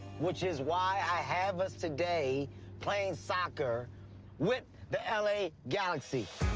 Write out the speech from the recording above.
which is why i have us today playing soccer with the l a. galaxy.